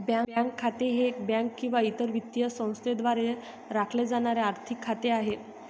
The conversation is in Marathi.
बँक खाते हे बँक किंवा इतर वित्तीय संस्थेद्वारे राखले जाणारे आर्थिक खाते आहे